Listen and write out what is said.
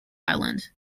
island